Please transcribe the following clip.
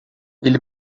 ele